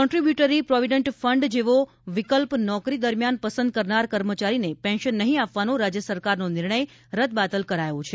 contributory provident fund જેવો વિકલ્પ નોકરી દરમ્યાન પસંદ કરનાર કર્મચારીને પેન્શન નહિં આપવાનો રાજ્ય સરકારનો નિર્ણય રદબાતલ કરાયો છે